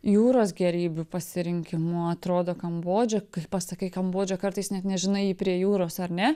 jūros gėrybių pasirinkimu atrodo kambodža kai pasakai kambodža kartais net nežinai ji prie jūros ar ne